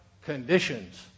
conditions